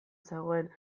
zegoen